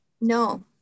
no